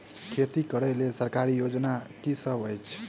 खेती करै लेल सरकारी योजना की सब अछि?